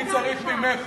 אני צריך ממך